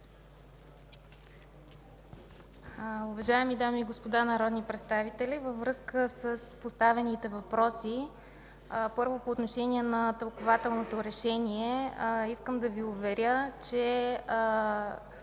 Уважаеми дами и господа народни представители, във връзка с поставените въпроси, първо по отношение на тълкувателното решение искам да Ви уверя, че